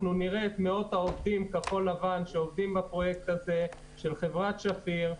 אנחנו נראה את מאות העובדים כחול-לבן שעובדים בפרויקט הזה של חברת שפיר.